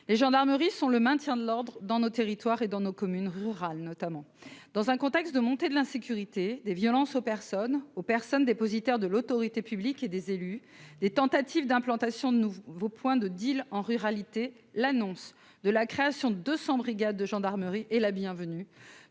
les gendarmeries sont le maintien de l'ordre dans nos territoires et dans nos communes rurales, notamment dans un contexte de montée de l'insécurité des violences aux personnes, aux personnes dépositaires de l'autorité publique et des élus, des tentatives d'implantation de nouveau points de deal en ruralité, l'annonce de la création de 200 brigades de gendarmerie est la bienvenue,